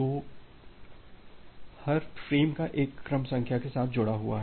तो हर फ्रेम एक क्रम संख्या के साथ जुड़ा हुआ है